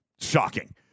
shocking